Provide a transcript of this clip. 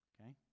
Okay